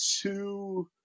two